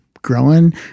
growing